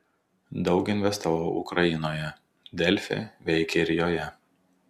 daug investavau ukrainoje delfi veikia ir joje